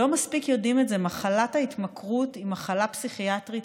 לא מספיק יודעים את זה: מחלת ההתמכרות היא מחלה פסיכיאטרית,